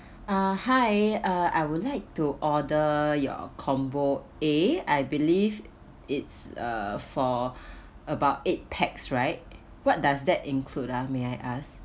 uh hi uh I would like to order your combo A I believe it's uh for about eight pax right what does that include ah may I ask